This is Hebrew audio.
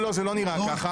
זה לא נראה ככה.